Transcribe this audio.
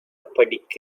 படிக்க